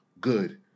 good